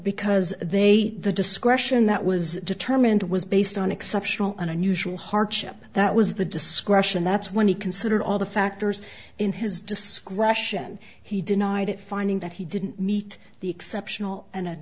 because they the discretion that was determined was based on exceptional and unusual hardship that was the discretion that's when he considered all the factors in his discretion he denied it finding that he didn't meet the exceptional an